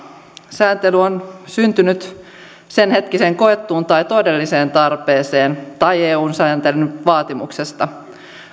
sääntely on syntynyt senhetkiseen koettuun tai todelliseen tarpeeseen tai eu sääntelyn vaatimuksesta